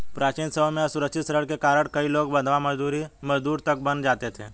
प्राचीन समय में असुरक्षित ऋण के कारण कई लोग बंधवा मजदूर तक बन जाते थे